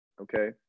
Okay